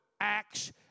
Acts